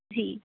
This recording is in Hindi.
जी